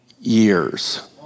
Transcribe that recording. years